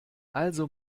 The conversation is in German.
also